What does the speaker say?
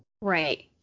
right